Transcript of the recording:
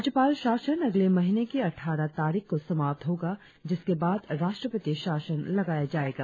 राज्यपाल शासन अगले महीने की अठारह तारीख को समाप्त होगा जिसके बाद राष्ट्रपति शासन लगाया जाएगा